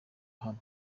hano